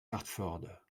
hartford